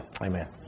Amen